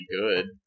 good